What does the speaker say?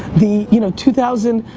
the you know two thousand,